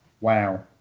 wow